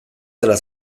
dela